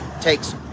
takes